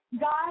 God